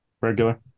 regular